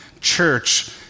church